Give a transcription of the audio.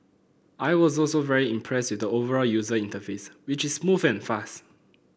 I was also very impressed with the overall user interface which is smooth and fast